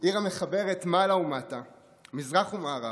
עיר המחברת מעלה ומטה, מזרח ומערב,